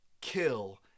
kill